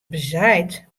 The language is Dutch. bezaaid